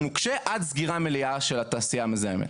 נוקשה עד סגירה מלאה של התעשייה המזהמת.